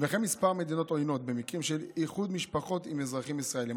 וכן כמה מדינות עוינות במקרים של איחוד משפחות עם אזרחים ישראלים.